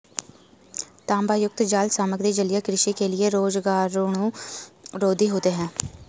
तांबायुक्त जाल सामग्री जलीय कृषि के लिए रोगाणुरोधी होते हैं